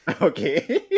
Okay